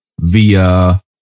via